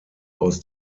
aus